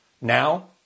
Now